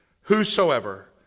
whosoever